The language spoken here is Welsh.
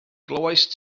glywaist